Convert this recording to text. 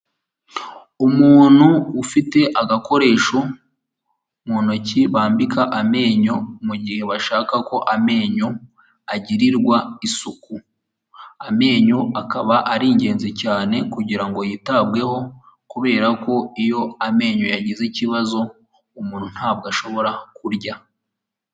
Umuntu ufite agakoresho mu ntoki bambika amenyo mugihe bashaka ko amenyo agirirwa isuku, amenyo akaba ari ingenzi cyane kugirango ngo yitabweho kubera ko iyo amenyo yagize ikibazo umuntu ntabwo ashobora kurya.